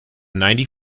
ninety